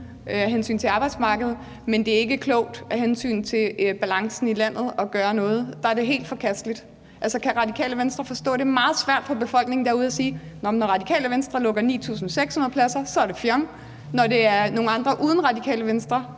af hensyn til arbejdsmarkedet, men det er ikke klogt af hensyn til balancen i landet at gøre noget; så er det helt forkasteligt? Altså, kan Radikale Venstre forstå, at det er meget svært for befolkningen derude at sige: Jamen når Radikale Venstre lukker 9.600 pladser, så er det fjong, men når det er nogle andre end Radikale Venstre,